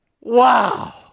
Wow